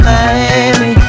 Miami